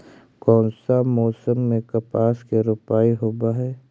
कोन सा मोसम मे कपास के रोपाई होबहय?